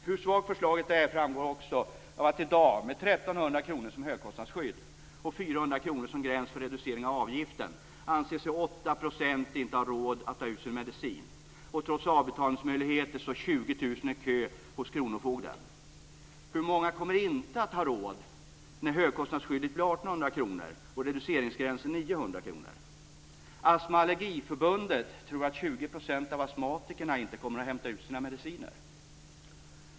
Hur svagt förslaget är framgår också av att 8 % i dag, med 1 300 kr som högkostnadsskydd och 400 kr som gräns för reducering av avgiften, inte anser sig ha råd att ta ut sin medicin. Trots avbetalningsmöjlighet står 20 000 i kö hos kronofogden. Hur många kommer inte att ha råd när högkostnadsskyddet blir 1 800 kr och gränsen för reducering 900 kr? Astma och allergiförbundet tror att 20 % av astmatikerna inte kommer att hämta ut sina mediciner.